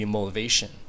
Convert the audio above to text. Motivation